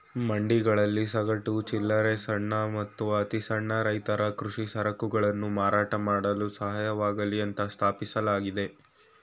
ಮಂಡಿಗಳಲ್ಲಿ ಸಗಟು, ಚಿಲ್ಲರೆ ಸಣ್ಣ ಮತ್ತು ಅತಿಸಣ್ಣ ರೈತರ ಕೃಷಿ ಸರಕುಗಳನ್ನು ಮಾರಾಟ ಮಾಡಲು ಸಹಾಯವಾಗ್ಲಿ ಅಂತ ಸ್ಥಾಪಿಸಲಾಗಿದೆ